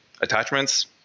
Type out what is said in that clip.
attachments